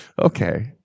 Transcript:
okay